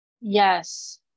Yes